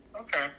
Okay